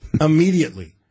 immediately